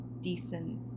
decent